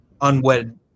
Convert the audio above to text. unwed